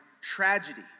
tragedy